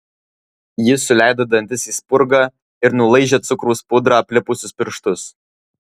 ji suleido dantis į spurgą ir nulaižė cukraus pudra aplipusius pirštus